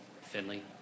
Finley